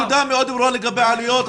הנקודה ברורה מאוד לגבי העלויות,